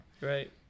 Right